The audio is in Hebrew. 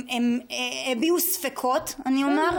איננה.